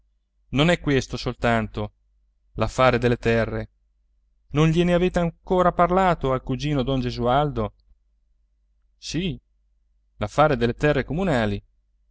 non è questo soltanto l'affare delle terre non glie ne avete ancora parlato al cugino don gesualdo sì l'affare delle terre comunali